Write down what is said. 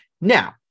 Now